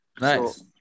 Nice